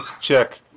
check